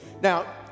Now